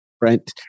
Right